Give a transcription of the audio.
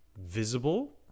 visible